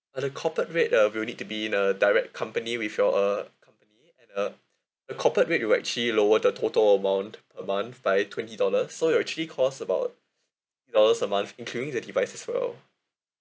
uh the corporate uh we'll need to in a direct company with your uh company and uh a corporate rate will actually lower the total amount a month by twenty dollars so it'll actually cost about dollars a month including the device as well